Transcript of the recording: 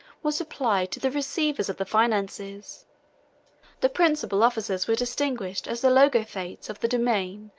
was applied to the receivers of the finances the principal officers were distinguished as the logothetes of the domain,